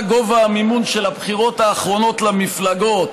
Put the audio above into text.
רק גובה המימון של הבחירות האחרונות למפלגות